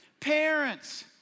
Parents